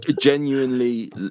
Genuinely